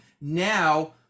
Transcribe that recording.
now